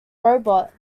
robot